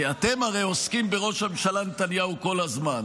כי אתם הרי עוסקים בראש הממשלה נתניהו כל הזמן,